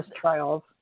trials